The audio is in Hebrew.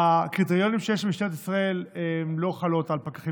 הקריטריונים שיש למשטרת ישראל לא חלים על פקחים